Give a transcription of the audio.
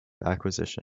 acquisition